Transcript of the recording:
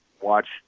watch